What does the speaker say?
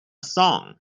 song